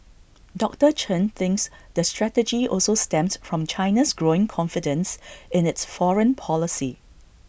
doctor Chen thinks the strategy also stems from China's growing confidence in its foreign policy